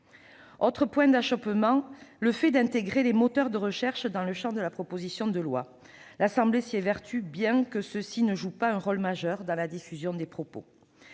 L'autre point d'achoppement est le fait d'intégrer les moteurs de recherche dans le champ de la proposition de loi. L'Assemblée nationale s'y évertue bien que ceux-ci ne jouent pas un rôle majeur dans la diffusion des propos.